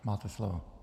Máte slovo.